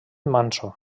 manso